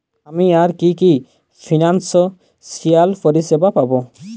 আমি আর কি কি ফিনান্সসিয়াল পরিষেবা পাব?